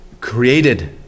created